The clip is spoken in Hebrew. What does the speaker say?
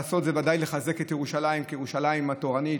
לעשות זה ודאי לחזק את ירושלים כירושלים התורנית,